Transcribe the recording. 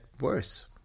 worse